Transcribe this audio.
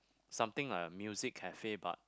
something like a music cafe but